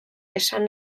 esan